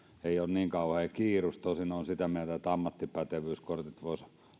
ei ole niin kauhea kiirus tosin olen sitä mieltä että ammattipätevyyskortit voisi